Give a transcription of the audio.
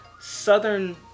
Southern